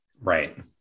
Right